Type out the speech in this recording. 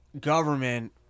government